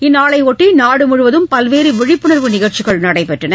இந்நாளையொட்டி நாடு முழுவதும் பல்வேறு விழிப்புணர்வு நிகழ்ச்சிகள் நடைபெற்றன